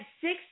six